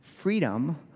Freedom